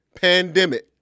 pandemic